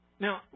Now